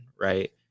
Right